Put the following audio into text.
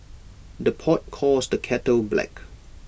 the pot calls the kettle black